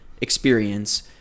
experience